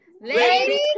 Lady